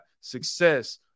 success